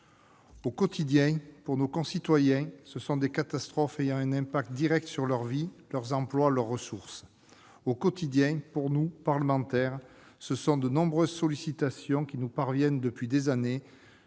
Au quotidien, pour nos concitoyens, ce sont des catastrophes ayant un impact direct sur leur vie, leur emploi, leurs ressources. Au quotidien, pour nous parlementaires, ce sont de nombreuses sollicitations depuis des années,